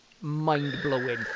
mind-blowing